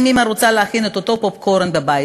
אם אימא רוצה להכין את אותו פופקורן בבית,